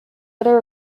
are